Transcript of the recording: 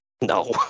no